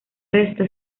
resto